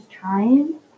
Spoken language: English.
trying